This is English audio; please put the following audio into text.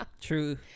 True